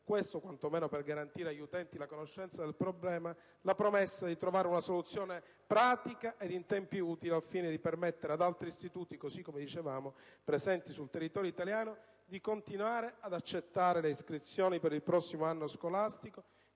(questo quanto meno per garantire agli utenti la conoscenza del problema), la promessa di trovare una soluzione pratica ed in tempi utili al fine di permettere ad altri istituti - così come dicevo - presenti sul territorio italiano di continuare ad accettare le iscrizioni per il prossimo anno scolastico,